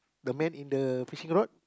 the man in the fishing rod